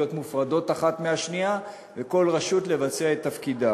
מופרדות אחת מהשנייה וכל רשות צריכה לבצע את תפקידה.